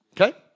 Okay